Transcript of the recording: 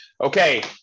Okay